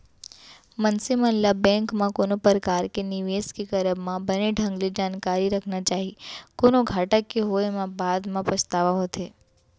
मनसे मन ल बेंक म कोनो परकार के निवेस के करब म बने ढंग ले जानकारी रखना चाही, कोनो घाटा के होय म बाद म पछतावा होथे